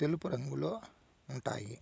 తెలుపు రంగులో ఉంటాయి